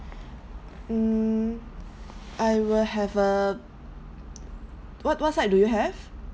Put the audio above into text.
mm I will have a what what side do you have